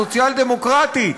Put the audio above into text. סוציאל-דמוקרטית,